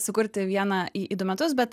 sukurti vieną į į du metus bet